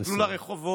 תסתכלו על הרחובות,